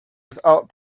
without